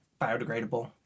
biodegradable